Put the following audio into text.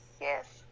yes